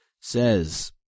says